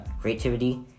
creativity